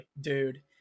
dude